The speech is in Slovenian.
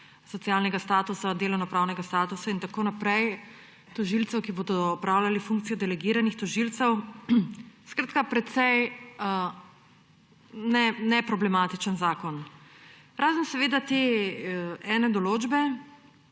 socialnega statusa, delovnopravnega statusa in tako naprej tožilcev, ki bodo opravljali funkcijo delegiranih tožilcev; skratka, precej neproblematičen zakon. Razen seveda ene določbe,